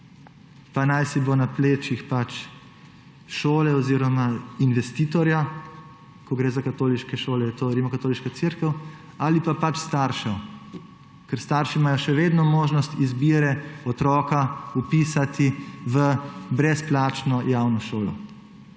pa najsibo na plečih šole oziroma investitorja, ko gre za katoliške šole, je to Rimskokatoliška cerkev, ali pa pač staršev, ker starši imajo še vedno možnost izbire otroka vpisati v brezplačno javno šolo.